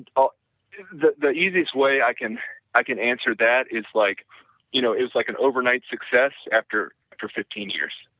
and ah the the easiest way i can i can answer that is like you know is like an overnight success after after fifteen years.